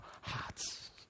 hearts